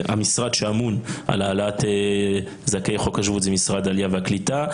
המשרד שאמון על העלאת זכאי חוק השבות זה משרד העלייה והקליטה.